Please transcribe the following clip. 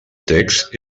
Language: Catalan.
text